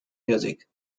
music